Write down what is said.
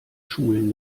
schulen